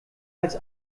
als